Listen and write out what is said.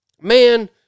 man